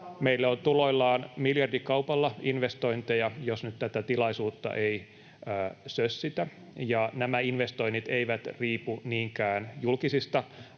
Meille on tuloillaan miljardikaupalla investointeja, jos nyt tätä tilaisuutta ei sössitä, ja nämä investoinnit eivät riipu niinkään julkisista